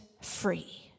free